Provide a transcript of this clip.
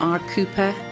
rcooper